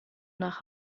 nach